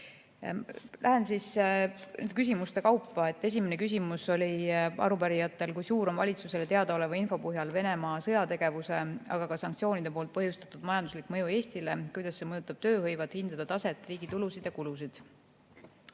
nüüd küsimuste juurde. Esimene küsimus oli arupärijatel järgmine: "Kui suur on valitsusele teada oleva info põhjal Venemaa sõjategevuse, aga ka sanktsioonide poolt põhjustatud majanduslik mõju Eestile, kuidas see mõjutab tööhõivet, hindade taset ning riigi tulusid ja kulusid?"